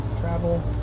Travel